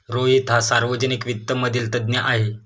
रोहित हा सार्वजनिक वित्त मधील तज्ञ आहे